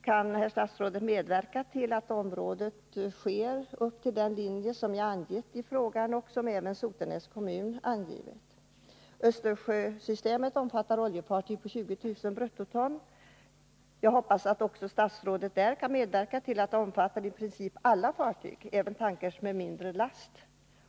Kan herr statsrådet medverka till att utvidgningen sker upp till den linje som jag har angivit i frågan och som även Sotenäs kommun angivit? Östersjösystemet omfattar oljefartyg på 20 000 bruttoton. Jag hoppas att statsrådet också kan medverka till att systemet kommer att omfatta i princip alla fartyg, alltså även tankrar med mindre last.